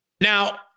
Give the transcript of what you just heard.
Now